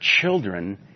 children